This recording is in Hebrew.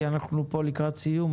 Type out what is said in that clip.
אנחנו לקראת סיום.